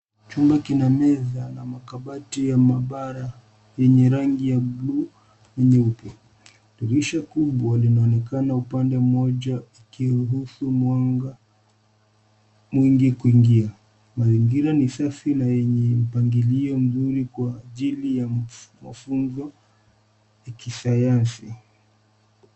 Chumba kina meza na makabati ya maabara yenye rangi ya bluu na nyeupe. Dirisha kubwa linaonekana upande mmoja ikiruhusu mwanga mwingi kuingia. Mazingira ni safi na yenye mpangilio mzuri kwa ajili ya mafunzo ya kisayansi.